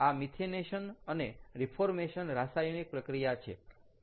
આ મિથેનેશન અને રીફોર્મેશન રાસાયણિક પ્રક્રિયા છે